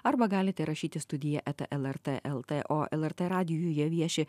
arba galite rašyti studija eta lrt lt o lrt radijuje vieši